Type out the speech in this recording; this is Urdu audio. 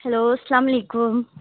ہیلو سلام علیکم